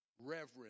reverend